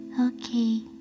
Okay